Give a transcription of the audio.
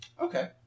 Okay